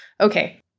okay